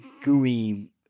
gooey